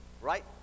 right